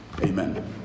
Amen